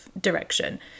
direction